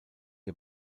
der